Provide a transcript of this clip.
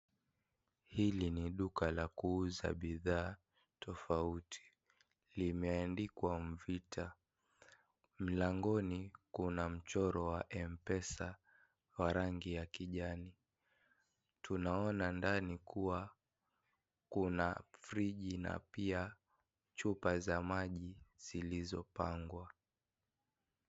Hili ni duka la kuuza bidhaa tofauti. Limeandikwa MVITA. Mlangoni kuna mchoro wa mpesa wa rangi ya kijani. Tunaona ndani kuwa kuna friji na pia chupa za maji zilizopangwa.